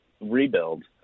rebuild